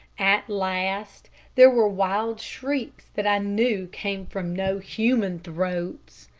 at last there were wild shrieks that i knew came from no human throats.